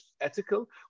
ethical